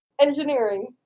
Engineering